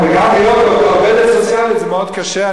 גם להיות עובדת סוציאלית זה מאוד קשה.